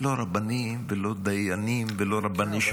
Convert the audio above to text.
לא רבנים ולא דיינים ולא רבני שכונות.